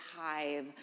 hive